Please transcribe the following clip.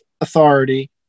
authority